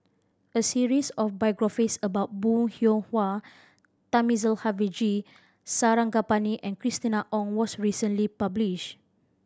a series of biographies about Bong Hiong Hwa Thamizhavel G Sarangapani and Christina Ong was recently publish